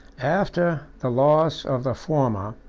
after the loss of the former,